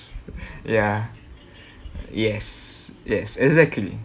ya yes yes exactly